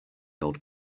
old